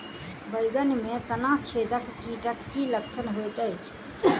बैंगन मे तना छेदक कीटक की लक्षण होइत अछि?